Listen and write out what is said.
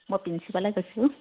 মই প্ৰিঞ্চিপালে কৈছোঁ